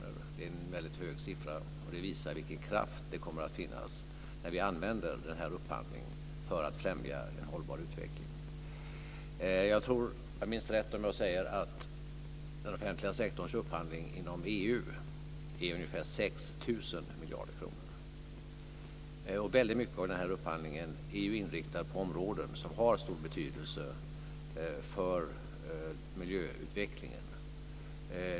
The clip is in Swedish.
Det är en väldigt hög siffra, och det visar vilken kraft det kommer att finnas när vi använder upphandlingen för att främja en hållbar utveckling. Jag tror att jag miss rätt om jag säger att den offentliga sektorns upphandling inom EU är ungefär 6 000 miljarder kronor. Väldigt mycket av den upphandlingen är inriktat på områden som har stor betydelse för miljöutvecklingen.